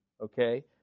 Okay